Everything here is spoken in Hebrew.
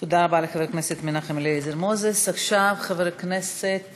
תודה רבה לחבר הכנסת